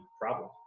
problem